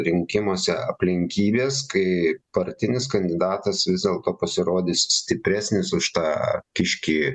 rinkimuose aplinkybės kai partinis kandidatas vis dėlto pasirodys stipresnis už tą kiškį